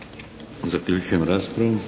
Zaključujem raspravu.